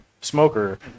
smoker